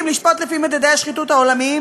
אם לשפוט לפי מדדי השחיתות העולמיים